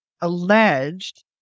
alleged